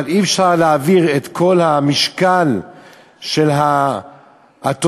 אבל אי-אפשר להעביר את כל המשקל של התוספת